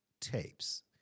tapes